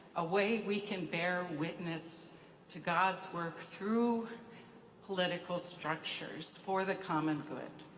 a way we can bear witness to god's work through political structures, for the common good.